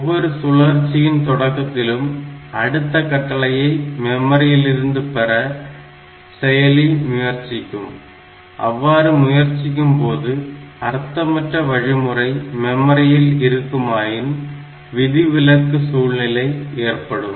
ஒவ்வொரு சுழற்சியின் தொடக்கத்திலும் அடுத்த கட்டளையை மெமரியிலிருந்து பெற செயலி முயற்சிக்கும் அவ்வாறு முயற்சிக்கும்போது அர்த்தமற்ற வழிமுறை மெமரியில் இருக்குமாயின் விதிவிலக்கு சூழ்நிலை ஏற்படும்